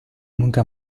nunca